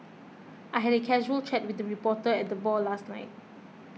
I had a casual chat with a reporter at the bar last night